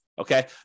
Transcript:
Okay